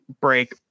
break